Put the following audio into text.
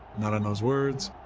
not in those words.